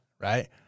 Right